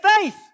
faith